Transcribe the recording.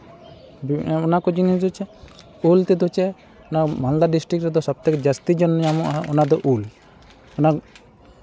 ᱚᱱᱟᱠᱚ ᱡᱤᱱᱤᱥ ᱫᱚ ᱪᱮᱫ ᱩᱞ ᱛᱮᱫᱚ ᱪᱮᱫ ᱚᱱᱟ ᱢᱟᱞᱫᱟ ᱰᱤᱥᱴᱤᱠ ᱨᱮᱫᱚ ᱥᱚᱵ ᱛᱷᱮᱠᱮ ᱡᱟᱹᱥᱛᱤ ᱡᱟᱦᱟᱸ ᱧᱟᱢᱚᱜᱼᱟ ᱚᱱᱟ ᱫᱚ ᱩᱞ ᱚᱱᱟ